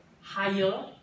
higher